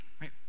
Right